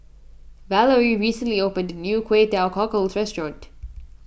Valarie recently opened a new Kway Teow Cockles restaurant